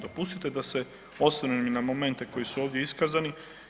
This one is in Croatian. Dopustite da se osvrnem i na momente koji su ovdje iskazani.